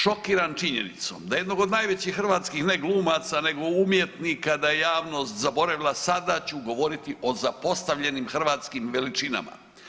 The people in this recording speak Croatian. Šokiran činjenicom da jednog od najvećih hrvatskih ne glumaca nego umjetnika da je javno zaboravila sada ću govoriti o zapostavljenim hrvatskim veličinama.